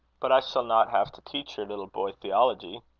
but i shall not have to teach your little boy theology.